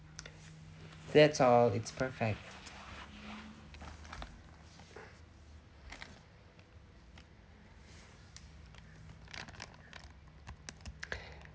that's all it's perfect